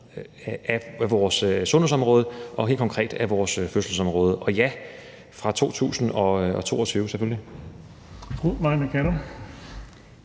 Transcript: af vores sundhedsområde og helt konkret af vores fødselsområde, og ja, selvfølgelig